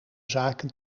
zaken